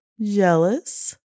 jealous